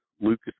Lucas